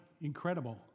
incredible